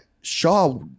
Shaw